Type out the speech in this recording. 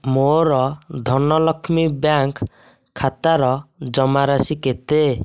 ମୋର ଧନଲକ୍ଷ୍ମୀ ବ୍ୟାଙ୍କ୍ ଖାତାର ଜମାରାଶି କେତେ